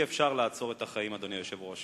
אי-אפשר לעצור את החיים, אדוני היושב-ראש.